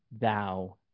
thou